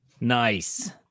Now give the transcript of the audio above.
Nice